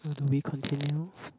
where do we continue